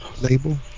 Label